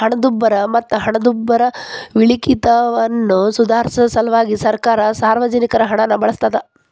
ಹಣದುಬ್ಬರ ಮತ್ತ ಹಣದುಬ್ಬರವಿಳಿತವನ್ನ ಸುಧಾರ್ಸ ಸಲ್ವಾಗಿ ಸರ್ಕಾರ ಸಾರ್ವಜನಿಕರ ಹಣನ ಬಳಸ್ತಾದ